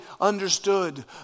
understood